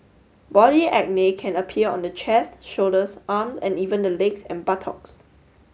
body acne can appear on the chest shoulders arms and even the legs and buttocks